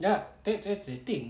yup that that's the thing